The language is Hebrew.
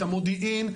את המודיעין,